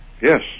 Yes